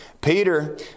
Peter